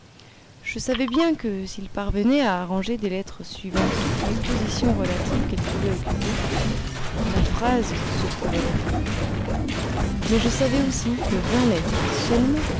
je savais bien que s'il parvenait à arranger des lettres suivant toutes les positions relatives qu'elles pouvaient occuper la phrase se trouverait faite mais je savais aussi que vingt lettres seulement